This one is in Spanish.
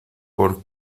por